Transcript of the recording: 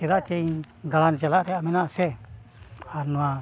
ᱪᱮᱫᱟᱜ ᱪᱮ ᱤᱧ ᱫᱟᱬᱟᱱ ᱪᱟᱞᱟᱜ ᱨᱮᱭᱟᱜ ᱢᱮᱱᱟᱜᱼᱟ ᱥᱮ ᱟᱨ ᱱᱚᱣᱟ